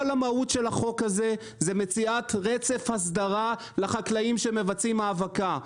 כל המהות של החוק הזה זה מציאת רצף הסדרה לחקלאים שמבצעים האבקה.